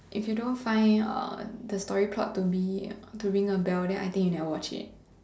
if you don't find uh the story plot to be to ring a bell then I think you never watch yet